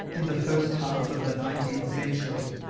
in the first half of the nineteenth century,